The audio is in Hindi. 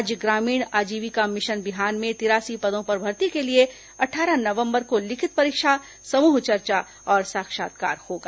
राज्य ग्रामीण आजीविका मिशन बिहान में तिरासी पदों पर भर्ती के लिए अट्ठारह नवंबर को लिखित परीक्षा समूह चर्चा और साक्षात्कार होगा